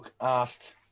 asked